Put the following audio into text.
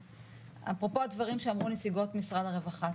אפרופו הדברים שאמרו נציגות משרד הרווחה: